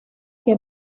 que